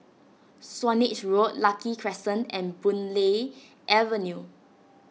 Swanage Road Lucky Crescent and Boon Lay Avenue